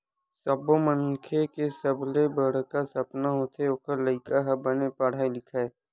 सब्बो मनखे के सबले बड़का सपना होथे ओखर लइका ह बने पड़हय लिखय